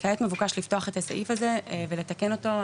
כעת מבוקש לפתוח את הסעיף הזה ולתקן אותו.